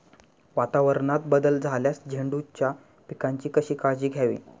वातावरणात बदल झाल्यास झेंडूच्या पिकाची कशी काळजी घ्यावी?